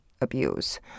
abuse